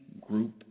group